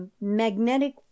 magnetic